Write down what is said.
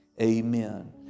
amen